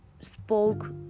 spoke